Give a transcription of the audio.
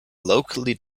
locally